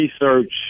research